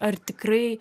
ar tikrai